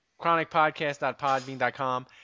chronicpodcast.podbean.com